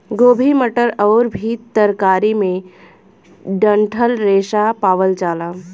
गोभी मटर आउर भी तरकारी में डंठल रेशा पावल जाला